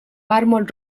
mármol